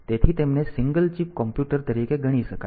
તેથી તેમને single chip computer તરીકે ગણી શકાય